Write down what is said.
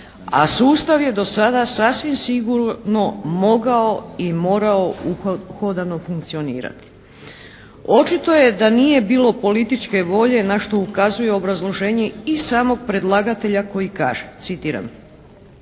a sustav je do sada sasvim sigurno mogao i morao uhodano funkcionirati. Očito je da nije bilo političke volje na što ukazuje obrazloženje i samog predlagatelja koji kaže, citiram: